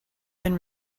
been